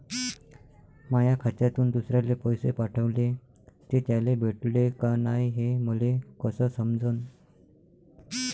माया खात्यातून दुसऱ्याले पैसे पाठवले, ते त्याले भेटले का नाय हे मले कस समजन?